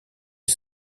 est